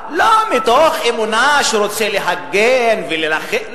לא מתוך אמונה, שרוצה להגן ולהילחם.